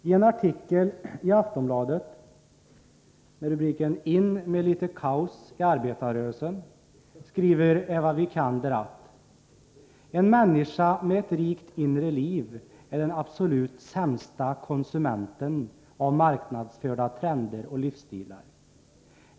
I en artikel i Aftonbladet med rubriken ”In med lite kaos i arbetarrörelsen” skriver Eva Wikander: ”En människa med ett rikt inre liv är den absolut sämsta konsumenten av marknadsförda trender och livsstilar.